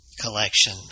collection